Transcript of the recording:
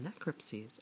necropsies